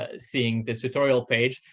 ah seeing this tutorial page.